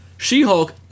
She-Hulk